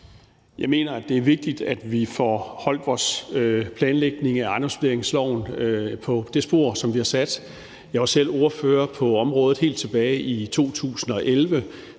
Jeg mener, at det er vigtigt, at vi får holdt vores planlægning af ejendomsvurderingsloven i det spor, som vi har lagt. Jeg var selv ordfører på området helt tilbage i 2011